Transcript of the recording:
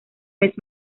vez